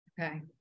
Okay